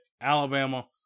Alabama